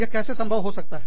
यह कैसे संभव हो सकता है